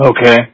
Okay